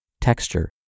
texture